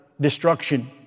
destruction